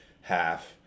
half